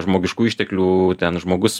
žmogiškųjų išteklių ten žmogus